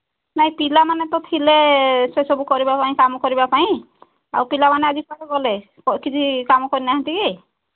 ନାଇଁ ପିଲାମାନେ ତ ଥିଲେ ସେସବୁ କରିବା ପାଇଁ କାମ କରିବା ପାଇଁ ଆଉ ପିଲାମାନେ ଆଜି କୁଆଡ଼େ ଗଲେ କିଛି କାମ କରିନାହାଁନ୍ତି କି